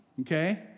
Okay